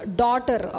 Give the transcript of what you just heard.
daughter